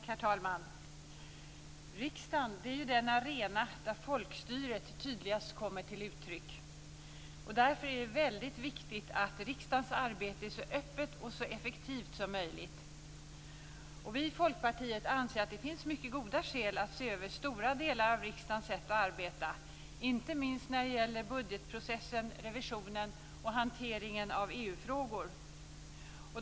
Herr talman! Riksdagen är ju den arena där folkstyret tydligast kommer till uttryck. Därför är det väldigt viktigt att riksdagens arbete är så öppet och så effektivt som möjligt. Vi i Folkpartiet anser att det finns mycket goda skäl att se över stora delar av riksdagens sätt att arbeta, inte minst när det gäller budgetprocessen, revisionen och hanteringen av EU frågor.